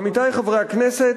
עמיתי חברי הכנסת,